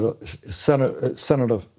Senator